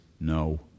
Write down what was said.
no